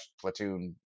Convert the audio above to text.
Platoon